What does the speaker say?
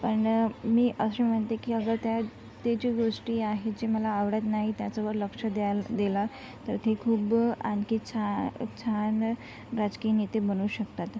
पण मी असं म्हणते की अगर त्या ते जे गोष्टी आहे जे मला आवडत नाही त्याच्यावर लक्ष द्याय दिले तर ते खूप आणखी छा छान राजकीय नेते बनू शकतात